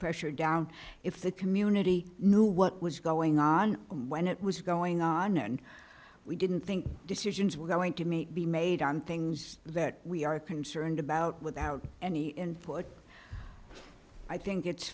pressure down if the community knew what was going on when it was going on and we didn't think decisions were going to make be made on things that we are concerned about without any input i think it's